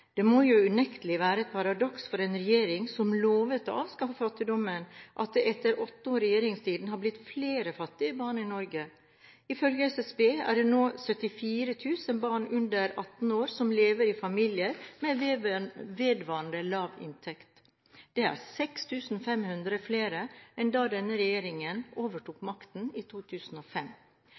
Det må unektelig være et paradoks for en regjering som lovet å avskaffe fattigdommen, at det etter åtte års regjeringstid har blitt flere fattige barn i Norge. Ifølge SSB er det nå 74 000 barn under 18 år som lever i familier med vedvarende lav inntekt. Det er 6 500 flere enn da denne regjeringen overtok makten i 2005.